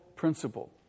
principle